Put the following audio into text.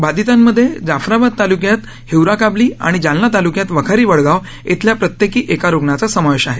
बाधितांमध्ये जाफराबाद तालुक्यात हिवराकाबली आणि जालना तालुक्यात वखारी वडगाव इथल्या प्रत्येकी एका रुग्णाचा समावेश आहे